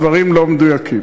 דברים לא מדויקים.